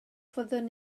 fyddwn